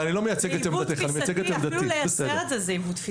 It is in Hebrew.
הרי אני לא מייצג את עמדתך אני אציג את עמדתי.